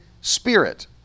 Spirit